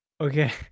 Okay